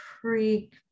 creek